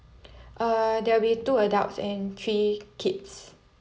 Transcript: uh there will be two adults and three kids